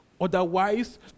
Otherwise